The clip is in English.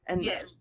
Yes